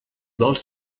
vols